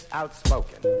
outspoken